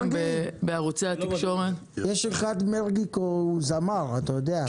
מרגי, יש אחד מרגי שהוא זמר, אתה יודע.